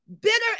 Bitter